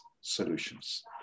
solutions